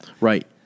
Right